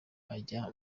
ajya